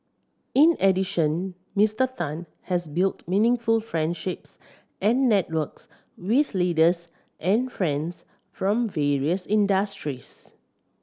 in addition Mister Tan has built meaningful friendships and networks with leaders and friends from various industries